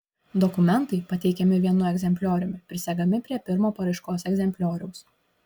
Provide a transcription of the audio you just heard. dokumentai pateikiami vienu egzemplioriumi prisegami prie pirmo paraiškos egzemplioriaus